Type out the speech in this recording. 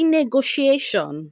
negotiation